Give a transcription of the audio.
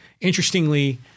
Interestingly